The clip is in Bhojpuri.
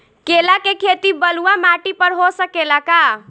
केला के खेती बलुआ माटी पर हो सकेला का?